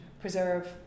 preserve